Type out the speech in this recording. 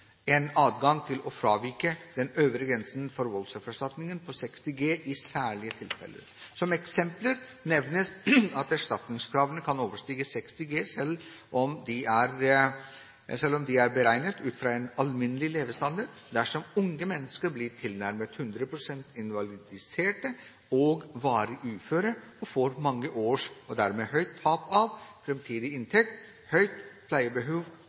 en adgang til å fravike den øvre grensen for voldsoffererstatning på 60 G i «særlige tilfeller». Som eksempler nevnes at erstatningskravene kan overstige 60 G, selv om de er beregnet ut fra en alminnelig levestandard, dersom unge mennesker blir tilnærmet 100 pst. invalidiserte og varig uføre og får mange års – og dermed høyt – tap av framtidig inntekt, stort pleiebehov